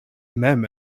mem